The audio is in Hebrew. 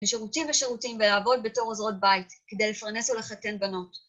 לשירותים ושירותים ולעבוד בתור עוזרות בית כדי לפרנס ולחתן בנות.